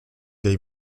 dai